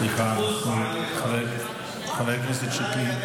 סליחה, חבר הכנסת שיקלי.